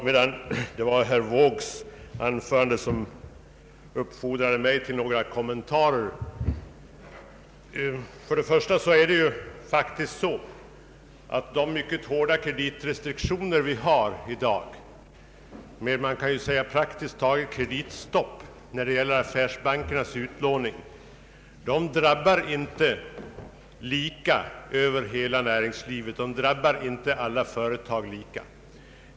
Herr talman! Herr Wåågs anförande uppfordrar mig till några kommentarer. De mycket hårda kreditrestriktioner som vi i dag har med praktiskt taget kreditstopp för affärsbankernas utlåning drabbar inte som herr Wååg påstod alla företag lika.